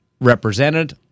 represented